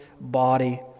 body